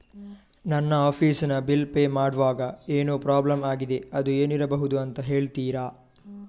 ನನ್ನ ಆಫೀಸ್ ನ bill pay ಮಾಡ್ವಾಗ ಏನೋ ಪ್ರಾಬ್ಲಮ್ ಆಗಿದೆ ಅದು ಏನಿರಬಹುದು ಅಂತ ಹೇಳ್ತೀರಾ?